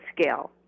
scale